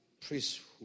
priesthood